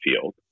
field